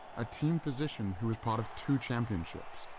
a team physician who was part of two championships,